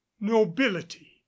nobility